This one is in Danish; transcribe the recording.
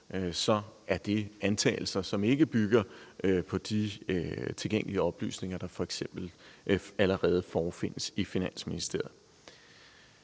DK, er det antagelser, som ikke bygger på de tilgængelige oplysninger, der f.eks. allerede forefindes i Finansministeriet.